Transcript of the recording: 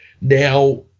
now